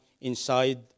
inside